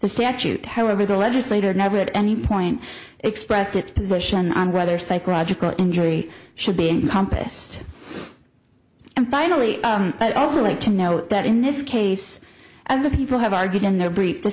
the statute however the legislator never at any point expressed its position on whether psychological injury should be encompassed and finally i also like to note that in this case as the people have argued in their brief the